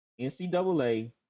NCAA